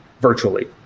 virtually